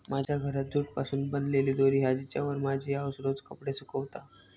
माझ्या घरात जूट पासून बनलेली दोरी हा जिच्यावर माझी आउस रोज कपडे सुकवता